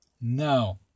Now